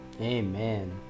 Amen